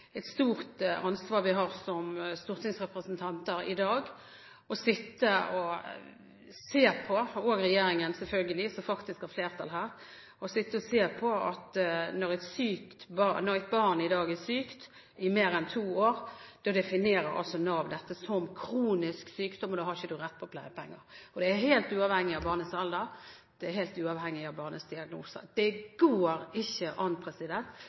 et stort ansvar vi som stortingsrepresentanter og selvfølgelig regjeringen, som har flertallet her, har i dag. Å sitte og se på at når et barn i dag er sykt i mer enn to år, definerer Nav dette som kronisk sykdom, og da har man ikke rett til pleiepenger, og det er helt uavhengig av barnets alder og diagnose – det går ikke an!